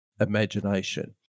imagination